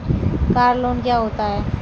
Car loan क्या होता है?